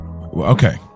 okay